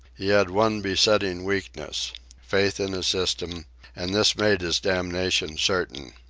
he had one besetting weakness faith in a system and this made his damnation certain.